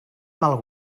mal